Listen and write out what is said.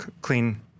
clean